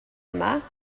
yma